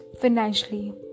financially